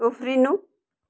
उफ्रिनु